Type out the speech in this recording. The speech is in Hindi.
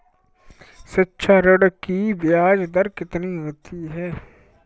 शिक्षा ऋण की ब्याज दर कितनी होती है?